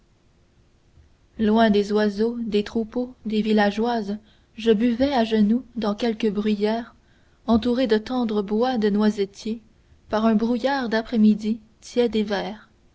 loin des oiseaux des troupeaux des villageoises je buvais à genoux dans quelque bruyère entourée de tendres bois de noisetiers par un brouillard d'après-midi tiède et vert